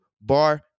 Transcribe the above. bar